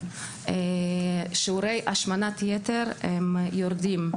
שיעורי השמנת יתר יורדים.